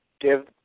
give